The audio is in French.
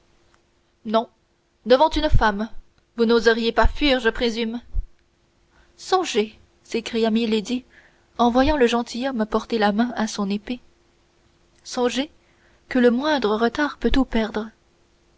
non devant une femme vous n'oseriez pas fuir je présume songez s'écria milady en voyant le gentilhomme porter la main à son épée songez que le moindre retard peut tout perdre